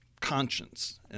conscience